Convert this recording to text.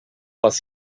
was